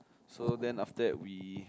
so then after that we